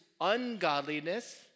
ungodliness